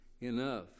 enough